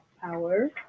power